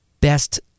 best